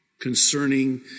concerning